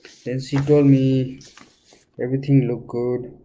then she told me everything looked good